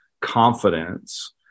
confidence